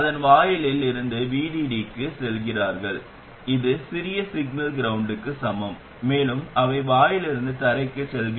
அவர்கள் வாயிலில் இருந்து VDD க்கு செல்கிறார்கள் இது சிறிய சிக்னல் கிரவுண்டுக்கு சமம் மேலும் அவை வாயிலிலிருந்து தரைக்கு செல்கின்றன